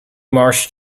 marsh